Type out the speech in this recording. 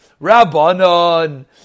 Rabbanon